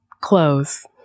clothes